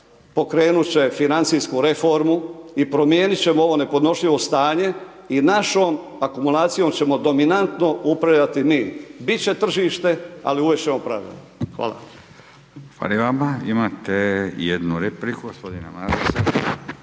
pokrenut će financijsku reformu i promijenit ćemo ovo nepodnošljivo stanje i našom akumulacijom ćemo dominantno upravljati mi. Bit će tržište, ali uvest ćemo pravila. Hvala. **Radin, Furio (Nezavisni)** Hvala i vama. Imate jednu repliku, gospodine Maras.